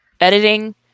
editing